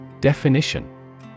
Definition